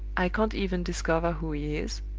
i can't even discover who he is,